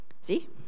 See